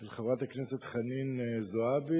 של חברי הכנסת חנין זועבי